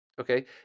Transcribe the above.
Okay